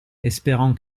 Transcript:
espérant